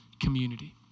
community